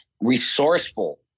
resourceful